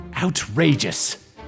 Outrageous